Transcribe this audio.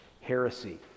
heresy